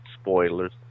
spoilers